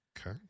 Okay